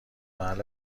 محل